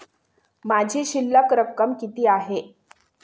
माझी शिल्लक रक्कम किती आहे?